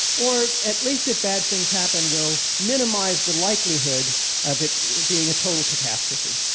or at least if bad things happen, will minimize the likelihood of it being a total catastrophe.